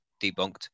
debunked